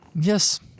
Yes